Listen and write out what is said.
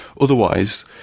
Otherwise